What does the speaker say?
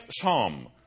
Psalm